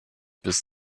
bis